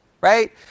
right